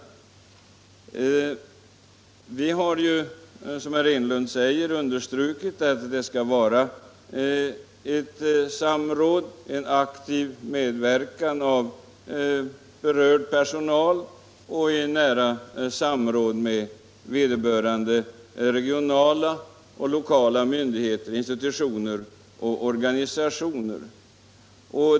Utskottet har ju, som herr Enlund nämnde, understrukit att det skall vara ett samråd med och en aktiv medverkan av berörd personal och ett nära samråd med vederbörande regionala och lokala myndigheter, institutioner och organisationer.